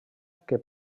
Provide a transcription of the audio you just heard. que